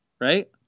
right